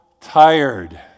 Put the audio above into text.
tired